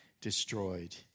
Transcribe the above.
destroyed